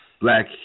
black